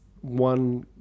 one